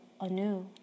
anew